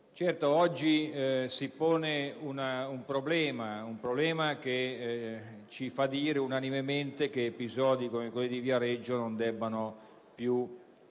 oggi si pone un problema che ci fa dire unanimemente che episodi come quello di Viareggio non si devono più verificare.